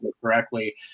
correctly